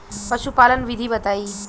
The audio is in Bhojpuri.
पशुपालन विधि बताई?